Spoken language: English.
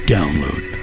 Download